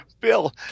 Bill